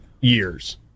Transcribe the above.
years